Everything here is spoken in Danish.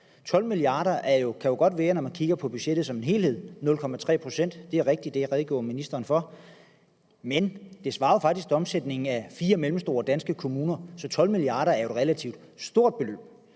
12 mia. kr. er jo, når man kigger på budgettet som helhed, 0,3 pct. – det er rigtigt, det redegjorde ministeren for – men det svarer jo faktisk til omsætningen i fire mellemstore danske kommuner. Så 12 mia. kr. er jo et relativt stort beløb.